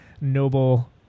noble